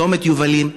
צומת יובלים,